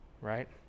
right